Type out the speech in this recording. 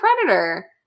predator